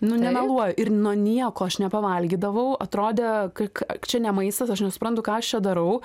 nu nemeluoju ir nuo nieko aš ne pavalgydavau atrodė ka ka čia ne maistas aš nesuprantu ką aš čia darau